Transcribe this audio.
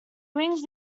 wings